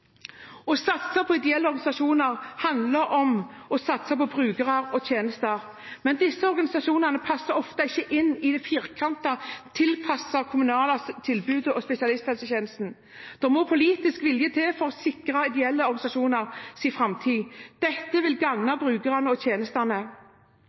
Å satse på ideelle og frivillige organisasjoner handler om å satse på brukerne av tjenestene. Men disse organisasjonene passer ofte ikke inn i firkantene, tilpasset det kommunale tilbudet og spesialisthelsetjenesten. Det må være politisk vilje til å sikre ideelle organisasjoners framtid. Dette vil gagne brukerne av tjenestene.